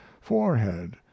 forehead